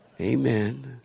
Amen